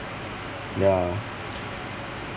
ya